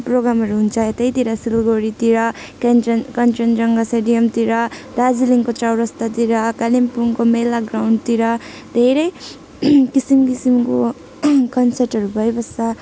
प्रोग्रामहरू हुन्छ यतैतिर सिलगुडीतिर केन्चन कन्चनजङ्गा स्टेडियमतिर दार्जिलिङको चौरस्तातिर कालिम्पोङको मेला ग्राउन्डतिर धेरै किसिम किसिमको कन्सर्टहरू भइबस्छ